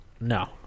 No